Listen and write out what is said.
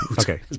okay